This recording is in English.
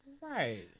right